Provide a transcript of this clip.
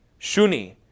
Shuni